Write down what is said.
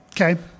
Okay